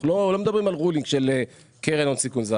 אנחנו לא מדברים על רולינג של קרן הון סיכון,